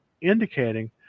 indicating